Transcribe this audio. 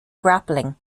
grappling